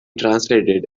translated